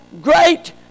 Great